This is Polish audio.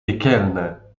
piekielne